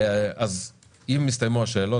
אז אם הסתיימו השאלות,